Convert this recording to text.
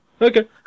Okay